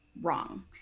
wrong